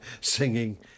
singing